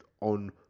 on